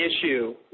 issue